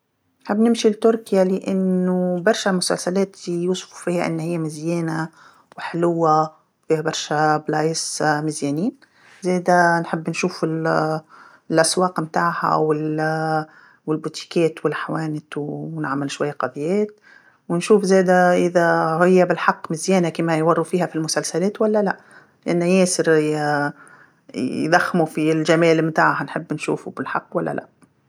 نحب نمشي لتركيا لأنو برشا مسلسلات نشوفو فيها أن هي مزيانه وحلوه، فيها برشا بلايص مزيانين، زاده نحب نشوف الأسواق تاعها، وال- المحلات والحوانت ونعمل شوي قضيان ونشوف زاده إذا هي بالحق مزيانه كيما يورو فيها في المسلسلات ولا لأ، لأن ياسر يضخمو فالجمال تاعها نحب نشوفو بالحق ولا لأ.